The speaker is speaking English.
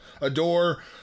adore